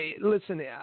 Listen